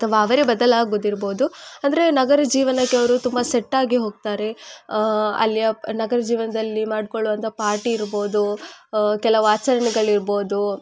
ಅಥವಾ ಅವರೇ ಬದಲಾಗೋದಿರ್ಬೋದು ಅಂದರೆ ನಗರ ಜೀವನಕ್ಕೆ ಅವರು ತುಂಬಾ ಸೆಟ್ ಆಗಿ ಹೋಗ್ತಾರೆ ಅಲ್ಲಿಯ ನಗರ ಜೀವನದಲ್ಲಿ ಮಾಡಿಕೊಳ್ಳುವಂತ ಪಾರ್ಟಿ ಇರ್ಬೋದು ಕೆಲವು ಆಚರಣೆಗಳಿರ್ಬೋದು